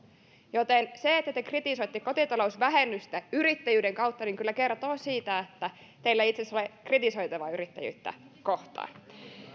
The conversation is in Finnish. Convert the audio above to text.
joten se että te kritisoitte kotitalousvähennystä yrittäjyyden kautta kyllä kertoo siitä että teillä ei itse asiassa ole kritisoitavaa yrittäjyyttä kohtaan